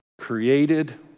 created